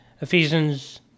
Ephesians